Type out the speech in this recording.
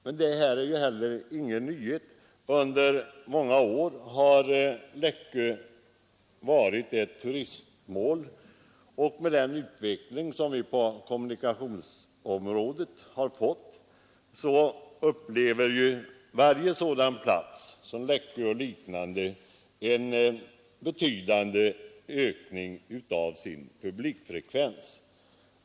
Men detta är ingen nyhet — under många år har Läckö varit ett turistmål, och på grund av kommunikationernas utveckling upplever varje sådan plats som Läckö en betydande ökning av publikfrekvensen.